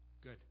Good